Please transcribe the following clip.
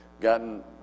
gotten